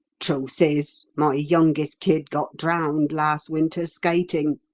truth is, my youngest kid got drowned last winter skating.